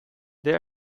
there